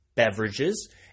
Beverages